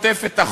על